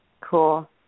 Cool